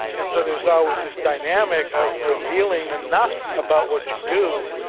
and so there's always this dynamic of revealing enough about what you do,